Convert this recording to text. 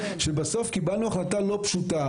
כשבסוף קיבלנו החלטה לא פשוטה.